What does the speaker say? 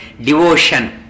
devotion